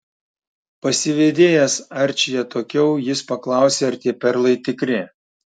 pasivedėjęs arčį atokiau jis paklausė ar tie perlai tikri